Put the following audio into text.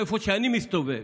איפה שאני מסתובב